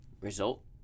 result